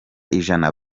ijana